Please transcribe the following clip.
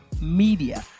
media